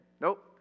nope